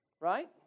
Right